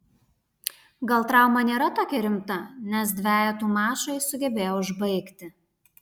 gal trauma nėra tokia rimta nes dvejetų mačą jis sugebėjo užbaigti